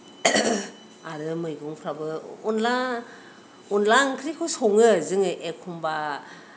आरो मैगंफ्राबो अनला अनला ओंख्रिखौ सङो जोङो एखनब्ला